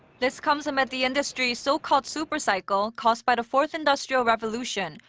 this comes amid the industry's so-called super cycle caused by the fourth industrial revolution,